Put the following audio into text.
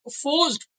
forced